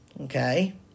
okay